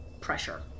pressure